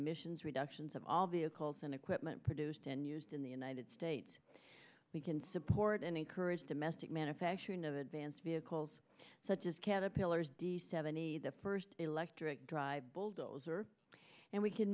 emissions reductions of all vehicles and equipment produced and used in the united states we can support and encourage domestic manufacturing of advanced vehicles such as caterpillars d seventy the first electric drive bulldozer and we can